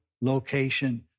location